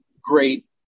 great